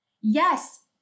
Yes